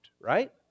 right